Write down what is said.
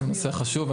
זה נושא חשוב.